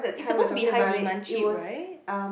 it's supposed to be high demand cheap right